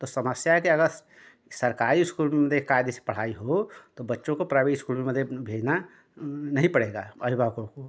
तो समस्या है कि अगस सरकारी इस्कूल में मते कायजे से पढ़ाई हो तो बच्चों को प्राइवेट में मतलब भेजना नही पड़ेगा अभिभावकों को